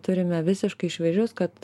turime visiškai šviežius kad